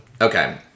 okay